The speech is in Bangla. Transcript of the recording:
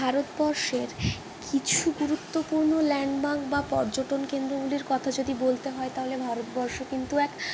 ভারতবর্ষের কিছু গুরুত্বপূর্ণ ল্যান্ডমার্ক বা পর্যটন কেন্দ্রগুলির কথা যদি বলতে হয় তাহলে ভারতবর্ষ কিন্তু এক